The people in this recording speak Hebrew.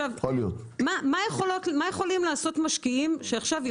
מה יכולים משקיעים לעשות?